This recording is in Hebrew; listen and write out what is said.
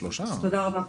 תודה רבה.